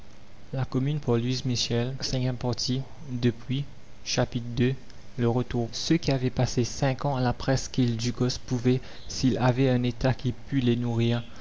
la commune le retour ceux qui avaient passé cinq ans à la presqu'île ducos pouvaient s'ils avaient un état qui pût les nourrir